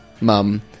mum